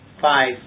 five